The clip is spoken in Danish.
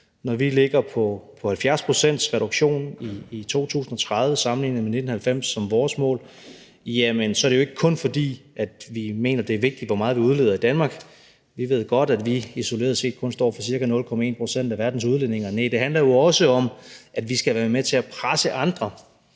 Når vi ligger på 70 pct.'s reduktion i 2030 sammenlignet med 1990 som vores mål, er det jo ikke kun, fordi vi mener, det er vigtigt, hvor meget vi udleder i Danmark; vi ved godt, at vi isoleret set kun står for ca. 0,1 pct. af verdens udledninger. Næh, det handler jo også om, at vi skal være med til at presse andre,